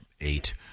eight